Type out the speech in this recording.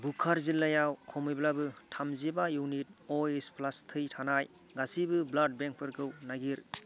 बुकार' जिल्लायाव खमैब्लाबो थाम जिबा इउनिट अ ओइस प्लास थै थानाय गासिबो ब्लाड बेंक फोरखौ नागिर